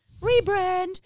rebrand